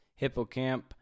Hippocamp